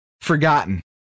forgotten